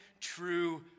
true